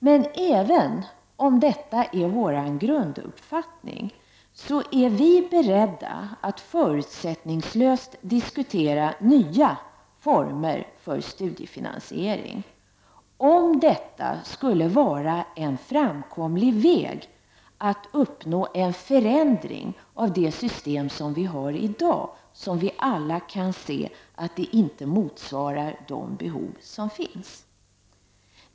Men även om vi har den grunduppfattningen, är vi beredda att förutsättningslöst diskutera nya former för studiefinansiering, om detta skulle vara en framkomlig väg att uppnå en förändring av dagens system, som vi alla kan se inte motsvarar de behov som finns.